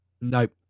Nope